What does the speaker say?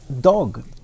dog